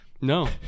No